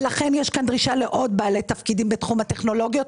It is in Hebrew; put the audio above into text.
לכן יש פה דרישה לעוד בעלי תפקידים בתחום הטכנולוגיות,